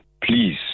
please